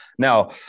Now